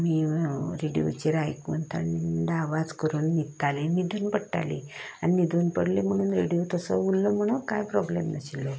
आमी रेडियोचेर आयकून थंड आवाज करून न्हिदतांली न्हिदून पडटाली आनी न्हिदून पडली म्हणून रेडियो तसो उरल्लो म्हणून काय प्रोबल्म नाशिल्लो